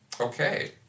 Okay